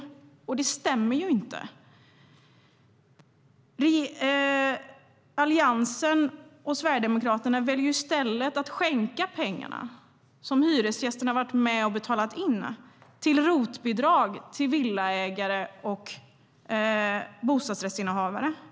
Det stämmer ju inte! Alliansen och Sverigedemokraterna väljer ju i stället att skänka pengar, som hyresgästerna varit med och betalat in, till ROT-bidrag för villaägare och bostadsrättsinnehavare.